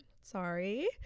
Sorry